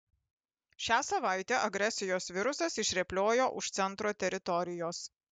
šią savaitę agresijos virusas išrėpliojo už centro teritorijos